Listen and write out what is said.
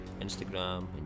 Instagram